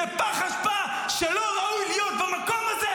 זה פח אשפה שלא ראוי להיות במקום הזה